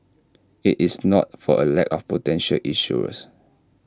IT is not for A lack of potential issuers